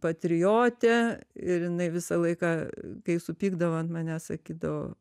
patriotė ir jinai visą laiką kai supykdavo ant manęs sakydavo